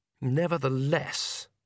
nevertheless